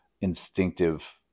instinctive